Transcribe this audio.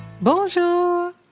Bonjour